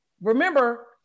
remember